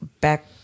Back